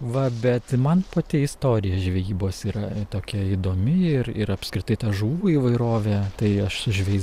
va bet man pati istorija žvejybos yra tokia įdomi ir ir apskritai ta žuvų įvairovė tai aš su žvejais